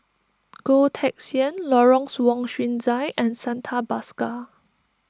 Goh Teck Sian Lawrence Wong Shyun Tsai and Santha Bhaskar